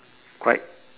quite